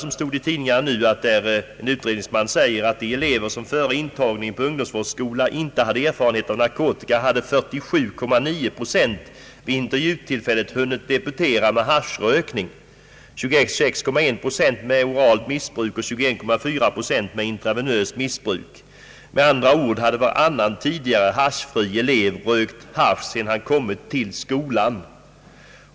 Det har stått i tidningarna om ett uttalande av en utredningsman, som sagt att av de elever som före intagning på ungdomsvårdsskolor inte haft erfarenhet av narkotika hade 47,9 procent vid intervjutillfället hunnit debutera med haschrökning, 26,1 procent med oralt missbruk och 21,4 procent med intravenöst missbruk. Med andra ord hade varannan tidigare haschfri elev börjat röka hasch sedan han kommit till skolan.